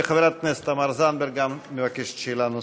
וגם חברת הכנסת תמר זנדברג מבקשת שאלה נוספת.